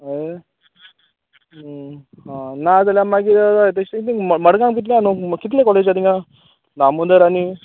अय हां नाजाल्यार मागीर अय अय तेशी बी म मडगांव कितल्या आ न्हय कितले कॉलेज आसा थिंगां दामोदर आनी